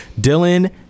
Dylan